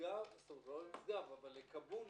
לכאבול